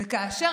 וכאשר